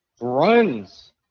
runs